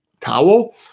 towel